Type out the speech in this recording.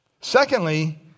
Secondly